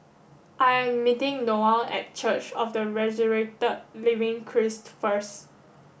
I am meeting Noelle at Church of the Resurrected Living Christ first